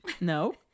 No